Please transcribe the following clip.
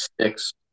six